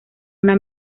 una